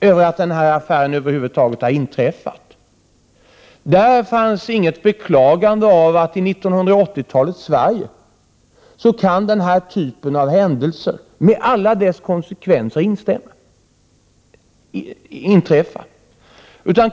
över att denna affär över huvud taget inträffat. Där fanns inget beklagande av att denna typ av händelse med alla dess konsekvenser kan inträffa i 1980-talets Sverige.